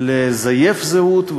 לזייף זהות,